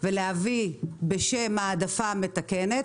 ולהביא בשם ההעדפה המתקנת,